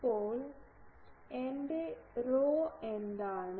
ഇപ്പോൾ എന്റെ ρ എന്താണ്